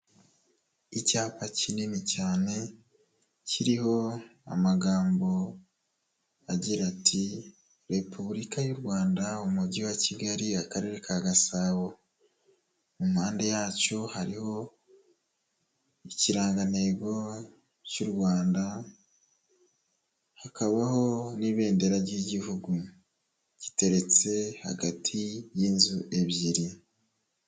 Icyapa kinini cyane, kiriho amagambo agira ati Repubulika y'u Rwanda, Umujyi wa Kigali Akarere ka Gasabo, mu mpande yacyo hariho ikirangantego cy'u Rwanda, hakabaho n'ibendera ry'igihugu, giteretse hagati y'inzu ebyiri.